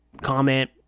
comment